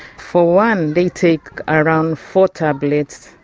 for one, they take around four tablets,